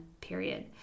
period